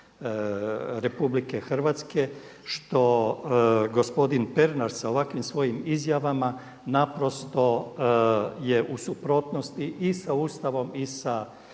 i zakone RH, što gospodin Pernar sa ovakvim svojim izjavama naprosto je u suprotnosti i sa Ustavom i sa